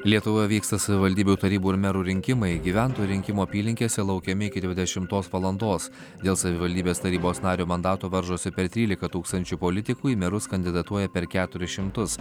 lietuvoje vyksta savivaldybių tarybų ir merų rinkimai gyventojų rinkimų apylinkėse laukiami iki dvidešimtos valandos dėl savivaldybės tarybos nario mandato varžosi per trylika tūkstančių politikų į merus kandidatuoja per keturis šimtus